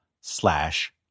slash